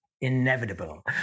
inevitable